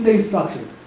instruction,